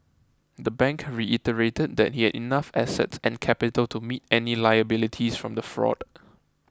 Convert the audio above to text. the bank reiterated that it had enough assets and capital to meet any liabilities from the fraud